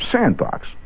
sandbox